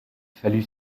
fallut